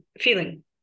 feeling